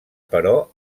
però